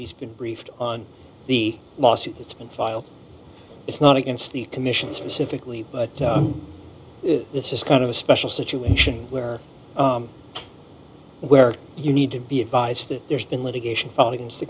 least been briefed on the lawsuit that's been filed it's not against the commission specifically but this is kind of a special situation where where you need to be advised that there's been litigation against the